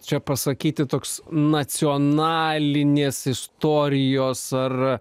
čia pasakyti toks nacionalinės istorijos ar